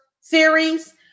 series